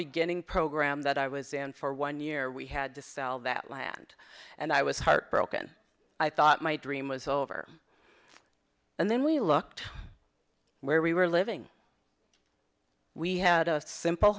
beginning program that i was in for one year we had to sell that land and i was heartbroken i thought my dream was over and then we looked where we were living we had a simple